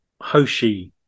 hoshi